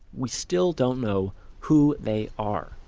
we still don't know who they are,